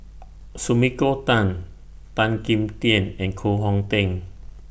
Sumiko Tan Tan Kim Tian and Koh Hong Teng